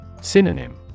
Synonym